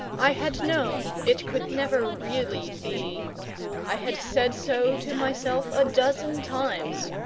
i had known it could never really be i had said so to myself a dozen times.